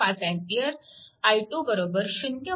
25A i2 0